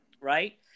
Right